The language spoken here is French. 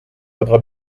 faudra